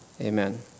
Amen